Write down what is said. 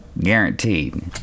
guaranteed